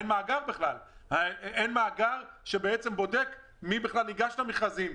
אין מאגר בכלל שבודק מי ניגש בכלל למכרזים,